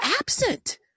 absent